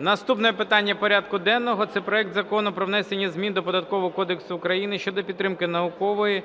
Наступне питання порядку денного – це проект Закону про внесення змін до Податкового кодексу України щодо підтримки наукової